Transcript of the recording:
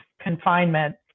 confinement